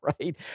right